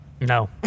No